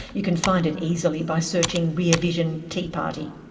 you can find it easily by searching rear vision tea party.